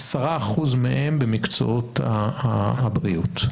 10% מהם במקצועות הבריאות.